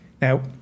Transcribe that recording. Now